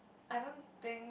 I don't think